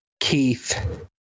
Keith